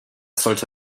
sollte